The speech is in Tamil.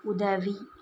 உதவி